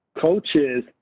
coaches